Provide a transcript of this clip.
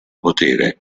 potere